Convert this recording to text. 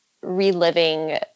reliving